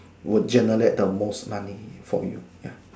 would generate the most money for you ya